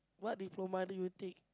what diploma did you take